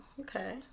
okay